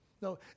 No